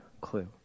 clue